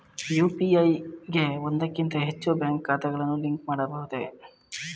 UPI ಗೆ ಒಂದಕ್ಕಿಂತ ಹೆಚ್ಚು ಬ್ಯಾಂಕ್ ಖಾತೆಗಳನ್ನು ಲಿಂಕ್ ಮಾಡಬಹುದೇ?